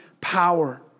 power